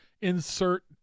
insert